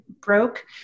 broke